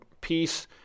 peace